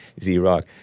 Z-Rock